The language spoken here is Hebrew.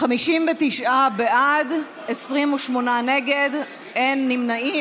59 בעד, 28 נגד, אין נמנעים.